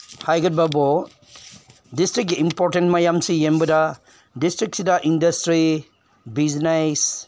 ꯍꯥꯏꯒꯗꯕꯕꯨ ꯗꯤꯁꯇ꯭ꯔꯤꯛꯀꯤ ꯏꯝꯄꯣꯔꯇꯦꯟ ꯃꯌꯥꯝꯁꯦ ꯌꯦꯡꯕꯗ ꯗꯤꯁꯇ꯭ꯔꯤꯛꯁꯤꯗ ꯏꯟꯗꯁꯇ꯭ꯔꯤ ꯕꯤꯖꯤꯅꯦꯖ